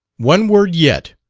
one word yet,